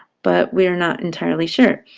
but we're not entirely sure.